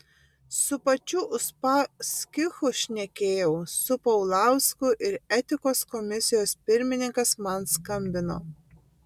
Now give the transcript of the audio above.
su pačiu uspaskichu šnekėjau su paulausku ir etikos komisijos pirmininkas man skambino